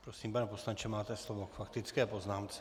Prosím, pane poslanče, máte slovo k faktické poznámce.